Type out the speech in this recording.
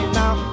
now